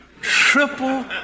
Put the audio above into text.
Triple